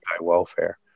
welfare